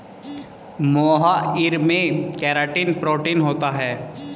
मोहाइर में keratin protein होता है